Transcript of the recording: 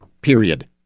Period